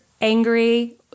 angry